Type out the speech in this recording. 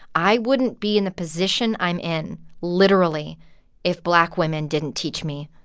i wouldn't be in the position i'm in literally if black women didn't teach me.